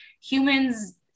humans